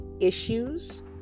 issues